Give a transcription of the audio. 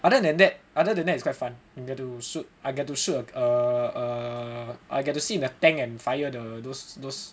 other than that other than that is quite fun you get to shoot I get to shoot err I get to sit in a tank and fire the err those those